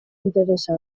interesa